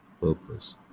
purpose